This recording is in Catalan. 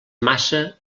maça